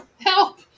help